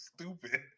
Stupid